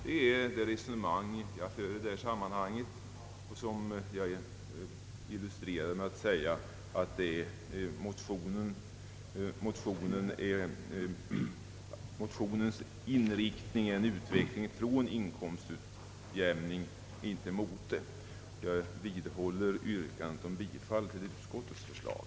Detta är det resonemang jag för i detta sammanhang och som jag illustrerade med att säga, att motionens inriktning är en utveckling från inkomstutjämning, inte mot det. Jag vidhåller yrkandet om bifall till utskottets förslag.